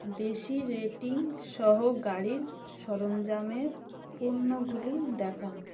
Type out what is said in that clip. বেশি রেটিং সহ গাড়ির সরঞ্জামের পণ্যগুলি দেখান